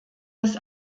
des